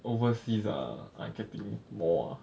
overseas ah are getting more ah